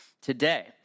today